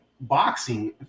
boxing